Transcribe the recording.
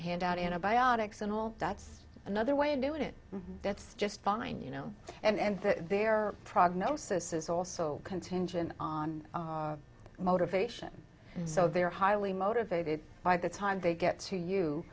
hand out antibiotics and all that's another way of doing it that's just fine you know and that their prognosis is also contingent on motivation so they're highly motivated by the time they get to you